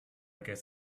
guess